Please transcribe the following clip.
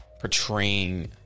portraying